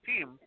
team